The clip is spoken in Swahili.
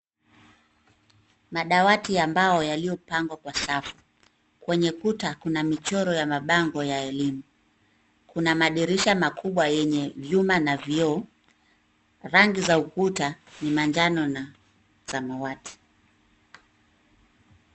Madawati ya mbao yaliyopangwa kwa safu. Kwenye kuta kuna michoro ya mabango ya elimu. Kuna madirisha makubwa yenye vyuma na vioo. Rangi za ukuta ni manjano na samawati.